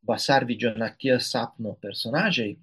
vasarvidžio nakties sapno personažai